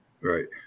Right